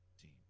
team